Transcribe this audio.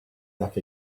that